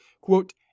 Quote